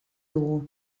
dugu